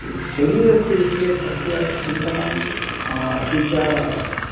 शरीरस्य विषये तस्य चिन्तनम् अपि च